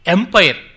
Empire